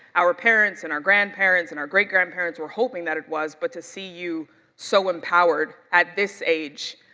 our parents and our grandparents and our great grandparents were hoping that it was, but to see you so empowered, at this age,